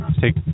take